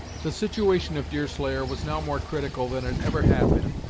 the situation of deerslayer was now more critical than it ever had been.